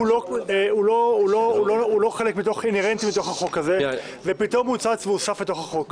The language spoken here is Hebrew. והוא לא חלק אינהרנטי מהחוק הזה ופתאום צץ והוסף לתוך החוק.